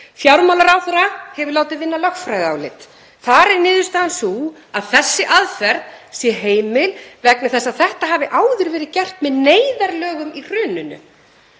Fjármálaráðherra hefur látið vinna lögfræðiálit. Þar er niðurstaðan sú að þessi aðferð sé heimil vegna þess að þetta hafi áður verið gert með neyðarlögum í hruninu.